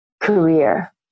Career